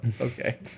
okay